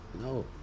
No